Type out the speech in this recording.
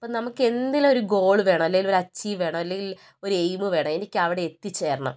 അപ്പോൾ നമുക്ക് എന്തെങ്കിലും ഒരു ഗോൾ വേണം അല്ലെങ്കിൽ ഒരു അച്ചീവ് വേണം അല്ലെങ്കിൽ ഒരു എയിം വേണം എനിക്കവിടെ എത്തിച്ചേരണം